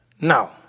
Now